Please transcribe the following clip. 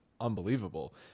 unbelievable